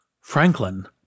Franklin